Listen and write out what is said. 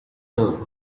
turn